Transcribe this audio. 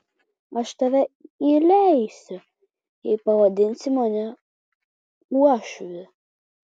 aš tave įleisiu jei pavadinsi mane uošviu